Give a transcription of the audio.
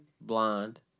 Blonde